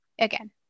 Again